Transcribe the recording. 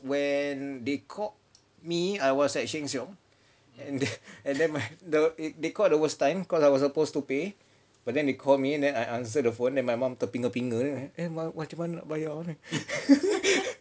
when they called me I was at Sheng Siong and and then my they called the worst time cause I was supposed to pay but then they called me and then I answered the phone and my mum terpinga-pinga lah macam ni nak bayar ni